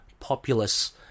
populace